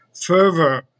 fervor